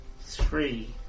Three